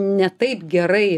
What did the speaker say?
ne taip gerai